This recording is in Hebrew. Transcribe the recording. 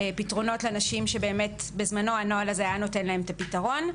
פתרונות לנשים שבזמנו הנוהל הזה היה נותן להן פתרון.